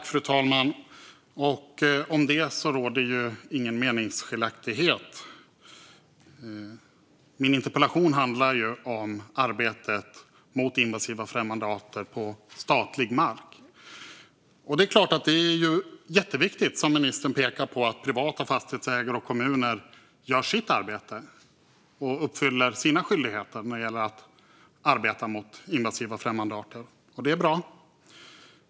Fru talman! Om det råder ingen meningsskiljaktighet. Min interpellation handlar om arbetet mot invasiva främmande arter på statlig mark. Det är klart att det är jätteviktigt, som ministern pekar på, att privata fastighetsägare och kommuner gör sitt arbete och uppfyller sina skyldigheter att arbeta mot invasiva främmande arter. Det är bra.